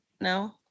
no